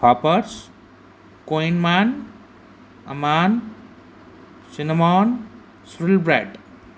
हापर्ट्स कॉईनमान अमान cinnamon swirl bread